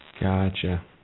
Gotcha